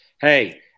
hey